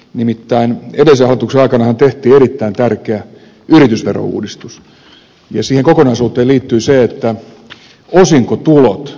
nimittäin edellisen hallituksen aikanahan tehtiin erittäin tärkeä yritysverouudistus ja siihen kokonaisuuteen liittyy se että osinkotulot tulivat verolle